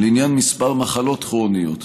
לעניין מספר המחלות הכרוניות,